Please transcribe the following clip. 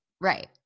right